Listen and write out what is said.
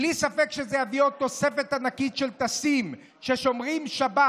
בלי ספק זה יביא עוד תוספת ענקית של טסים ששומרים שבת.